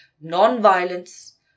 non-violence